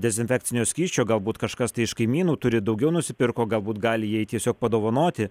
dezinfekcinio skysčio galbūt kažkas tai iš kaimynų turi daugiau nusipirko galbūt gali jai tiesiog padovanoti